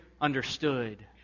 understood